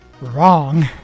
Wrong